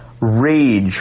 rage